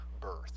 birth